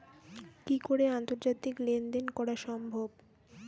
কি করে আন্তর্জাতিক লেনদেন করা সম্ভব?